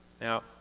Now